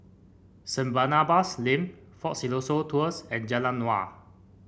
Saint Barnabas Lane Fort Siloso Tours and Jalan Naung